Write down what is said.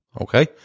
Okay